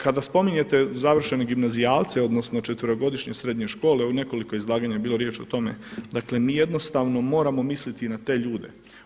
Kada spominjete završene gimnazijalce odnosno četverogodišnje srednje škole, u nekoliko izlaganje je bilo riječ o tome, dakle mi jednostavno moramo misliti i na te ljude.